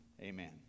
amen